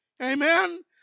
Amen